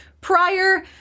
prior